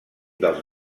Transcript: dels